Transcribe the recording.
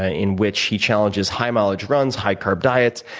ah in which he challenges high-mileage runs, high-carb diets,